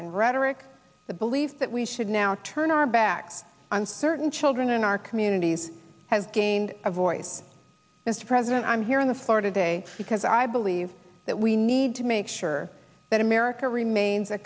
and rhetoric the belief that we should now turn our back on certain children in our communities have gained a voice mr president i'm here on the floor today because i believe that we need to make sure that america remains a